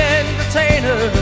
entertainer